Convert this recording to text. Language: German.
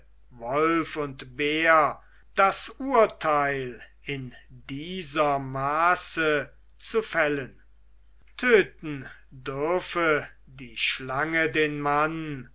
wolf und bär das urteil in dieser maße zu fällen töten dürfe die schlange den mann